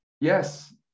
yes